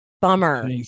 bummer